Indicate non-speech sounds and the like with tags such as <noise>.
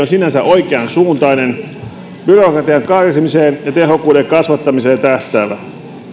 <unintelligible> sinänsä oikeansuuntainen byrokratian karsimiseen ja tehokkuuden kasvattamiseen tähtäävä